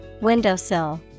Windowsill